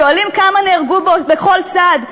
שואלים כמה נהרגו בכל צד,